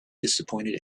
disappointed